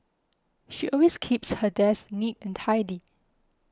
she always keeps her desk neat and tidy